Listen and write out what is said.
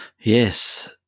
yes